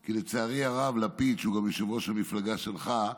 כי לצערי הרב לפיד, שהוא גם יושב-ראש המפלגה שלך,